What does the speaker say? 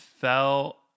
fell